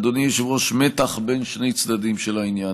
אדוני היושב-ראש, מתח בין שני צדדים של העניין.